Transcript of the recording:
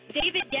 David